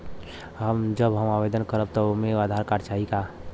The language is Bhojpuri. जब हम आवेदन करब त ओमे आधार कार्ड भी चाही?